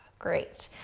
great.